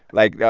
like, yeah